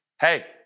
Hey